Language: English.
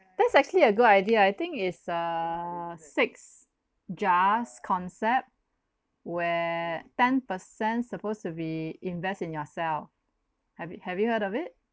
that's actually a good idea I think is uh six jars concept where ten percent supposed to be invest in yourself have you have you heard of it